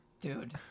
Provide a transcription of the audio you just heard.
Dude